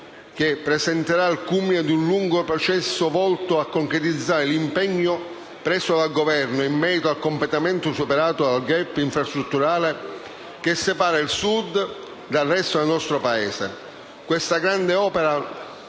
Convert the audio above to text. che rappresenterà il culmine di un lungo processo volto a concretizzare l'impegno preso dal Governo in merito al completo superamento del *gap* infrastrutturale che separa il Sud dal resto del nostro Paese.